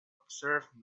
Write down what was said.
observed